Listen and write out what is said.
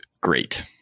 great